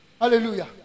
Hallelujah